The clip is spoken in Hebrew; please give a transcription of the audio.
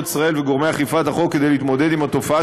ישראל וגורמי אכיפת החוק להתמודד עם התופעה,